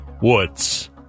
wood's